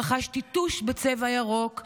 רכשתי טוש בצבע ירוק,